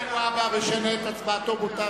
חבר הכנסת מגלי והבה משנה את הצבעתו לנגד.